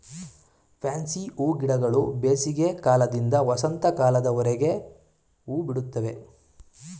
fancy ಹೂಗಿಡಗಳು ಬೇಸಿಗೆ ಕಾಲದಿಂದ ವಸಂತ ಕಾಲದವರೆಗೆ ಹೂಬಿಡುತ್ತವೆ